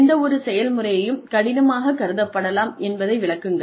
எந்தவொரு செயல்முறையும் கடினமாகக் கருதப்படலாம் என்பதை விளக்குங்கள்